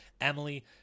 Emily